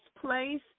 place